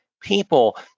people